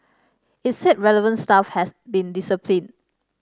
it said relevant staff has been disciplined